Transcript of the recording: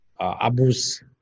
Abus